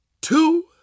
two